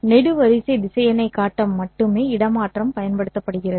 நெடுவரிசை திசையனைக் காட்ட மட்டுமே இடமாற்றம் பயன்படுத்தப்படுகிறது